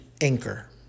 Anchor